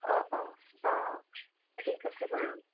অ' অ' অ' ঠিক আছে বাৰু